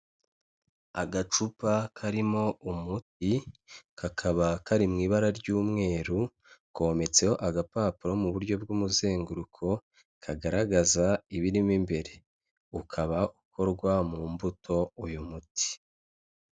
Agacupa karimo umuti kakaba kari mu ibara ry'umweru, kometseho agapapuro mu buryo bw'umuzenguruko kagaragaza ibirimo imbere, ukaba ukorwa mu mbuto uyu muti.